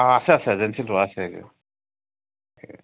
অঁ আছে আছে এজেঞ্চি লোৱা আছে এই